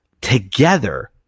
together